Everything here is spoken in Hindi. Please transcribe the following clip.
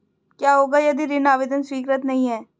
क्या होगा यदि ऋण आवेदन स्वीकृत नहीं है?